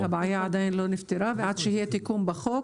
הבעיה עדיין לא נפתרה ועד שיהיה תיקון בחוק,